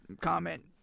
comment